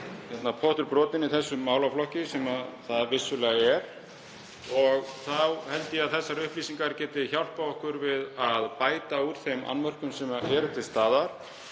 staðar sé pottur brotinn í þessum málaflokki, sem það vissulega er. Þá held ég að slíkar upplýsingar geti hjálpað okkur við að bæta úr þeim annmörkum sem eru til staðar.